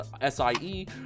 SIE